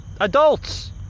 adults